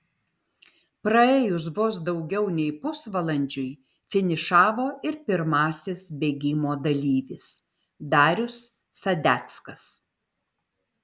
praėjus vos daugiau nei pusvalandžiui finišavo ir pirmasis bėgimo dalyvis darius sadeckas